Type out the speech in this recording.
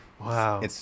Wow